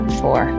four